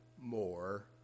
more